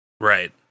Right